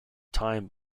time